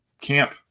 camp